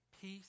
peace